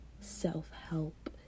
self-help